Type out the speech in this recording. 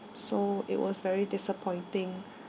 so it was very disappointing